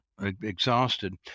exhausted